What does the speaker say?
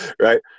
right